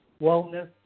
wellness